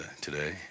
today